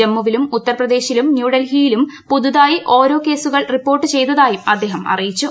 ജമ്മുവിലും ഉത്തർപ്രദേശിലും ന്യൂഡൽഹിയിലും പുതുതായി ഓരോ കേസുകൾ റിപ്പോർട്ട് ചെയ്തതായും അദ്ദേഹം അറിയിച്ചു